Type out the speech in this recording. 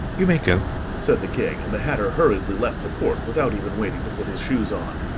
you may go said the king, and the hatter hurriedly left the court, without even waiting to put his shoes on.